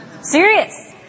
Serious